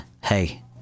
hey